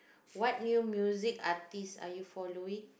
what new music artist are you following